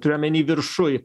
turiu omeny viršuj